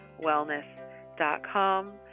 wellness.com